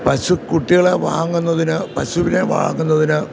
പശുക്കുട്ടികളെ വാങ്ങുന്നതിന് പശുവിനെ വാങ്ങുന്നതിന്